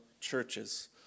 churches